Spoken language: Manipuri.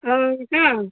ꯑꯪ ꯀꯥ